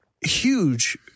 huge